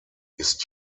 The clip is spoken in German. ist